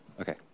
okay